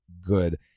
good